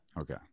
okay